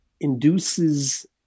induces